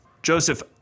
Joseph